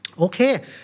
Okay